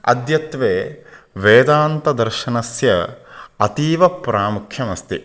अद्यत्वे वेदान्तदर्शनस्य अतीव प्रामुख्यमस्ति